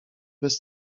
bez